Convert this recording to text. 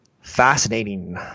Fascinating